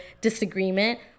disagreement